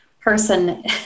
person